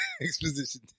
Exposition